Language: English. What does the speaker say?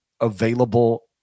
available